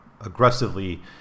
aggressively